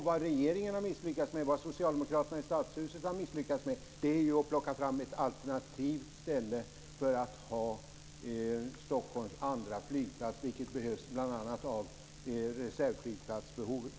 Vad regeringen och också Socialdemokraterna i stadshuset har misslyckats med är att plocka fram ett alternativt ställe för Stockholms andra flygplats, något som behövs bl.a. med anledning av reservflygplatsbehovet.